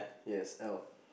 yes L